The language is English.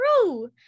true